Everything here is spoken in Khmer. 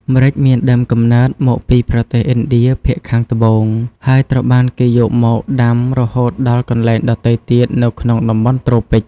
ម្រេចមានដើមកំណើត មកពីប្រទេសឥណ្ឌាភាគខាងត្បូង ហើយត្រូវបានគេយកមក ដាំរហូតដល់កន្លែងដទៃទៀតនៅក្នុងតំបន់ត្រូពិក។